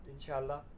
inshallah